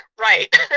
Right